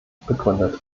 begründet